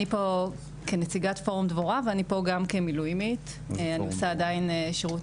אני פה כנציגת פורום דבורה ואני פה גם כמילואימית אני עושה עדיין שירות,